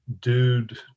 dude